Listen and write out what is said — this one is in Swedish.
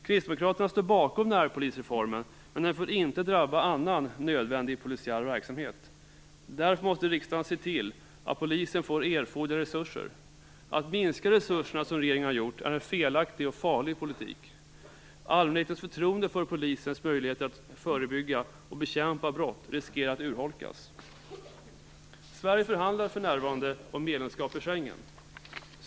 Kristdemokraterna står bakom närpolisreformen, men den får inte drabba annan nödvändig polisiär verksamhet. Därför måste riksdagen se till att polisen får erforderliga resurser. Att minska resurserna, som regeringen har gjort, är en felaktig och farlig politik. Allmänhetens förtroende för polisens möjligheter att förebygga och bekämpa brott riskerar att urholkas. Sverige förhandlar för närvarande om medlemskap i Schengen.